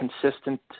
consistent